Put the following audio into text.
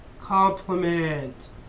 compliment